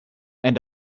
and